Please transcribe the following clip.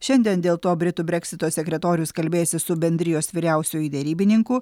šiandien dėl to britų breksito sekretorius kalbėsis su bendrijos vyriausiuoju derybininku